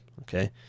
Okay